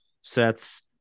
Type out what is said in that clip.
sets